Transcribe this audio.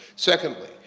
secondly,